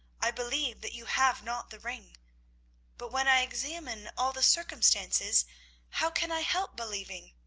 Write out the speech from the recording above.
i believe that you have not the ring but when i examine all the circumstances how can i help believing?